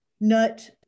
nut